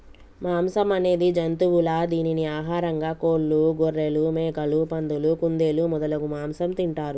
మాంసం అనేది జంతువుల దీనిని ఆహారంగా కోళ్లు, గొఱ్ఱెలు, మేకలు, పందులు, కుందేళ్లు మొదలగు మాంసం తింటారు